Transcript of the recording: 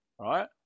right